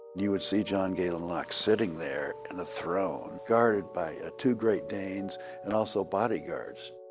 you would see john galen locke sitting there in a throne, guarded by two great danes and also bodyguards.